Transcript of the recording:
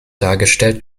dargestellt